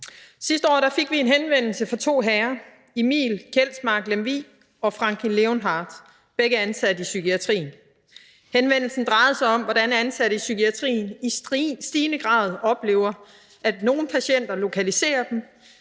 Sidste år fik vi en henvendelse fra to herrer, Emil Kjeldsmark Lemvig og Frankie Leonhardt, begge ansat i psykiatrien. Henvendelsen drejede sig om, hvordan ansatte i psykiatrien i stigende grad oplever, at nogle patienter lokaliserer dem